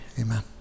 Amen